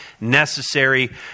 necessary